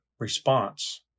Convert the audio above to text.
response